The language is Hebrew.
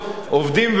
עובדים ועובדות